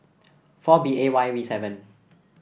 four B A Y V seven